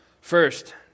First